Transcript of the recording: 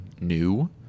new